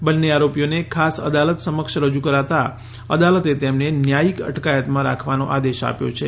બંને આરોપીઓને ખાસ અદાલત સમક્ષ રજુ કરાતા અદાલતે તેમને ન્યાયિક અટકાયતમાં રાખવાનો આદેશ આપ્યો છે